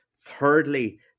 Thirdly